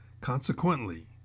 Consequently